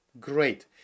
great